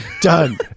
done